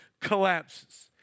collapses